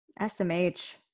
SMH